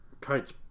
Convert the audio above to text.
kite's